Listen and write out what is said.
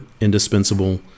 indispensable